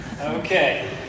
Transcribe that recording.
Okay